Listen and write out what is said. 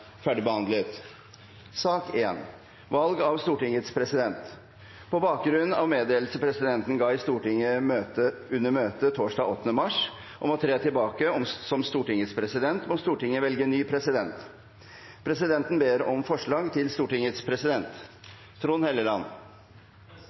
ferdigbehandlet. På bakgrunn av meddelelse presidenten ga i Stortingets møte torsdag 8. mars om å tre tilbake som Stortingets president, må Stortinget velge ny president. Presidenten ber om forslag til Stortingets president